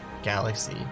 Galaxy